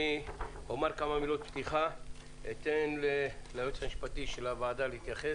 אני אומר כמה מילות פתיחה ואתן ליועץ המשפטי של הוועדה להתייחס,